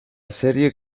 serie